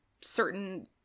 certain